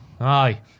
Aye